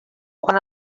quan